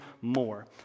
more